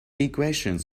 equations